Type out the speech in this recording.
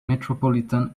metropolitan